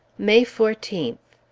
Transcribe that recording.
may fourteenth.